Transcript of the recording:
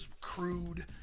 crude